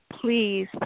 please